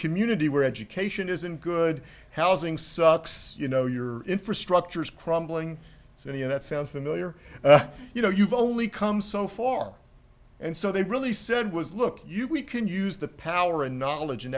community where education isn't good housing sucks you know your infrastructure is crumbling so any of that sound familiar you know you've only come so far and so they really said was look you we can use the power and knowledge and